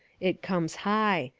it comes high.